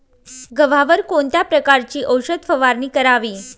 गव्हावर कोणत्या प्रकारची औषध फवारणी करावी?